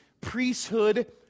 priesthood